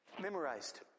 memorized